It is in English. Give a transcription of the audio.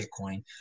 Bitcoin